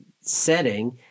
setting